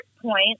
point